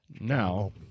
Now